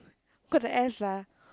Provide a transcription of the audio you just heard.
got the S ah